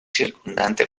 circundante